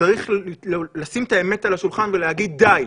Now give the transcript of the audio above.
צריך לשים את האמת על השולחן ולהגיד: די,